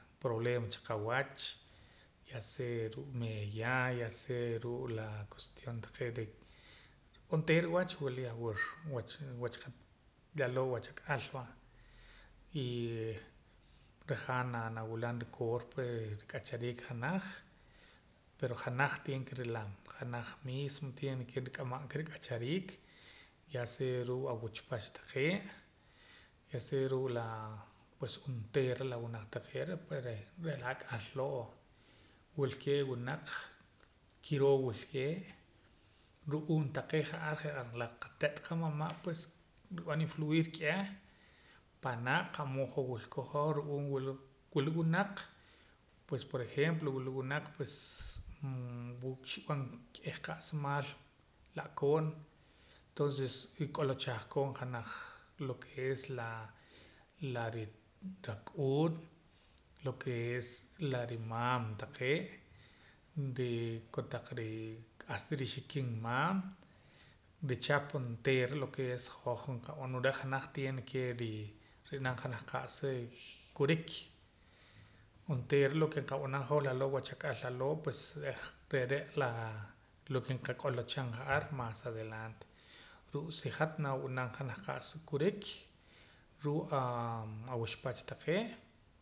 Problema cha qawach ya sea ruu' meeya ya sea ruu' la cuestión taqee' reh onteera wach wila yahwur wach lalo'' wach ak'al va y rajaam naa nawilam rikoor pue rik'achariik janaj pero janaj tiene ke nrilam janaj mismo tiene ke nrik'amam ka rik'achariik ya sea ruu' awuchpach taqee' ya sea ruu' laa pues onteera la wunaq taqee' reh pue reh la ak'al loo' wulkee' wunaq kirooo wulkee' ru'uum taqee' ja'ar je' la qate't qamama' pues nrib'an influir k'eh panaa' qa'mood hoj wilkooj hoj ru'uum wula wula winaq pues por ejemplo wula wunaq pues xub'an k'eh qa'sa maal la'koon tonces nrik'uluchaj koon janaj lo ke es laa la ri rak'uun lo ke es la rimaam taqee' nrii kotaq rii hasta rixikinmaam richap onteera lo ke es hoj nqab'an ru'uum re' janaj tiene ke rii ri'nam janaj qa'sa kurik onteera lo ke qab'anam hoj laloo' wach ak'al laloo' pues reh re're' laa lo ke nqak'olocham ja'ar mas adelante ruu' si hat nab'anam janaj qa'sa kurik ruu' aawuxpach taqee'